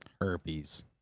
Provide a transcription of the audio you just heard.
herpes